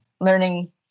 learning